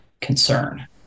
concern